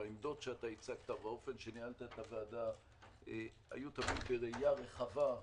העמדות שהצגת והאופן את הוועדה תמיד היו בראייה רחבה,